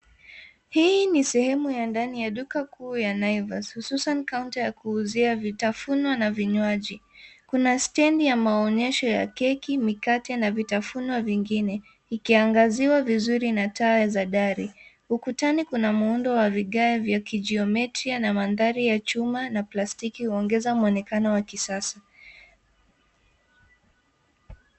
Hii ni sehemu ya ndani ya duka kuu ya Naivas , hususan kaunta ya kuuzia vitafunwa na vinywaji. Kuna stendi ya maonyesho ya keki, mikate na vitafunwa vingine, ikiangaziwa vizuri na taa za dari. Ukutani kuna muundo wa vigae vya kijiometri na mandhari ya chuma na plastiki huongeza muonekano wa kisasa.